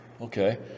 Okay